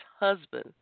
husband